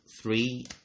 Three